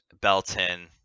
belton